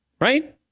right